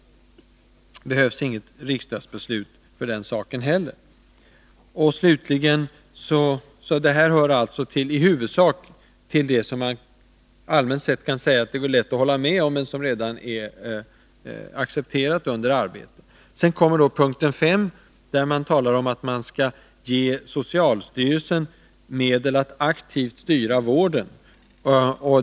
Det behövs inget riksdagsbeslut för den saken heller. Detta hör alltså i huvudsak till det som man allmänt sett kan säga att det går lätt att hålla med om men som redan är accepterat under arbetet. Sedan kommer då yrkande 5 där det föreslås att socialstyrelsen skall ges medel att aktivt styra vården.